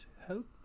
help